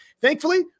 Thankfully